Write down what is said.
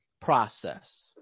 process